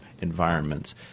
environments